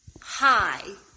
Hi